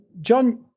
John